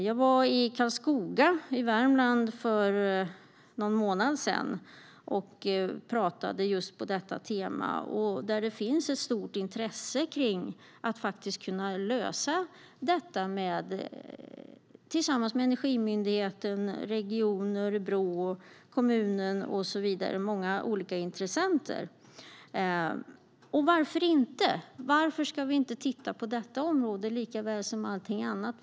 Jag var i Karlskoga i Värmland för någon månad sedan och höll ett tal på detta tema. Där finns ett stort intresse för att kunna lösa detta tillsammans med Energimyndigheten, Region Örebro län, kommunen och så vidare. Det finns många olika intressenter. Och varför inte? Varför ska vi inte titta på detta område likaväl som på allting annat?